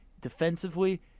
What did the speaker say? defensively